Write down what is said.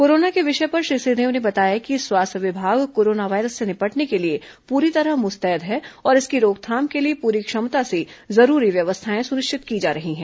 corona के विषय पर श्री सिंहदेव ने बताया कि स्वास्थ्य विभाग कोरोना वायरस से निपटने के लिए पूरी तरह मुस्तैद है और इसकी रोकथाम के लिए पूरी क्षमता से जरूरी व्यवस्थाएं सुनिश्चित की जा रही है